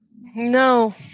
No